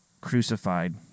crucified